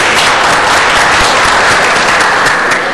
(מחיאות כפיים)